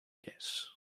guess